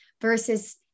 versus